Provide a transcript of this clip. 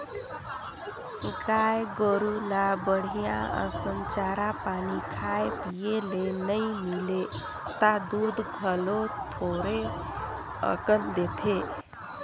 गाय गोरु ल बड़िहा असन चारा पानी खाए पिए ले नइ मिलय त दूद घलो थोरहें अकन देथे